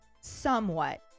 somewhat